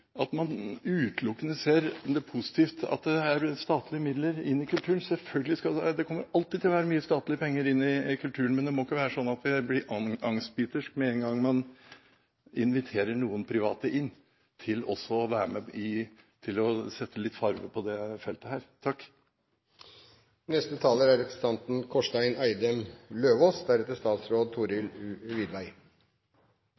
positivt at det er statlige midler i kulturen. Selvfølgelig skal det være det. Det kommer alltid til å være mye statlige penger i kulturen, men vi må ikke bli angstbiterske med en gang man inviterer noen private inn til også å være med og sette litt farge på dette feltet. Representanten Kårstein Eidem Løvaas har hatt ordet to ganger tidligere og får ordet til en kort merknad, begrenset til 1 minutt. Rød-grønn strategi er